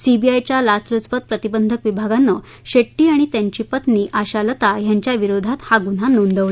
सीबीआयच्या लाचलुचपत प्रतिबंधक विभागाने शेट्टी आणि त्यांची पत्नी आशालता यांच्याविरोधात हा गुन्हा नोंदवला